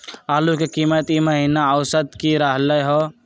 आलू के कीमत ई महिना औसत की रहलई ह?